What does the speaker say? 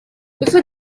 before